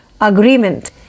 Agreement